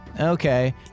Okay